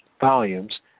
volumes